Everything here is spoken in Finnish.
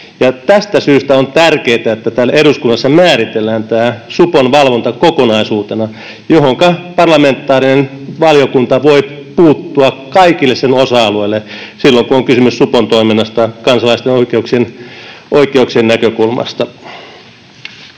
Tästä syystä on tärkeätä, että täällä eduskunnassa määritellään tämä supon valvonta kokonaisuutena ja parlamentaarinen valiokunta voi puuttua kaikille sen osa-alueille silloin, kun on kysymys supon toiminnasta kansalaisten oikeuksien näkökulmasta.